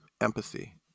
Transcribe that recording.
empathy